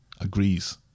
agrees